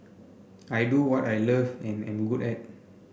I do what I love and am good at